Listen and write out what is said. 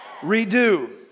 Redo